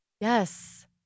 Yes